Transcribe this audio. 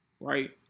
right